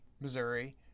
Missouri